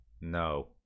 No